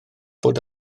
bod